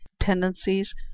tendencies